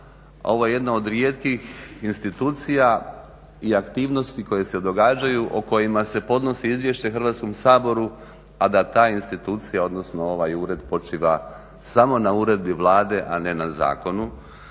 Ovo je jedna od rijetkih institucija i aktivnosti koje se događaju o kojima se podnosi izvješće Hrvatskom saboru, a da ta institucija odnosno ovaj ured počiva samo na uredbi Vlade, a ne na zakonu.